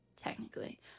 technically